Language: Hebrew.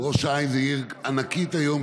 אבל ראש העין זאת עיר ענקית היום,